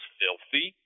filthy